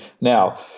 Now